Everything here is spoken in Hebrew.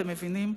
אתם מבינים?